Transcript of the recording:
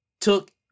took